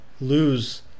lose